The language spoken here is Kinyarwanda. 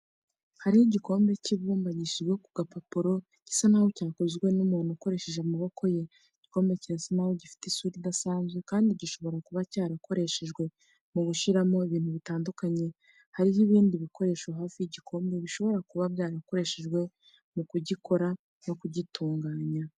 Hariho igikombe cy'ibumba gishyizwe ku gapapuro, gisa n'aho cyakozwe n'umuntu ukoresheje amaboko ye. Igikombe kirasa n'aho gifite isura idasanzwe, kandi gishobora kuba cyarakoreshejwe mu gushyiramo ibintu bitandukanye. Hariho ibindi bikoresho hafi y'igikombe, bishobora kuba byarakoreshejwe mu kugikora no kugitunganya.